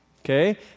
okay